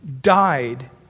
died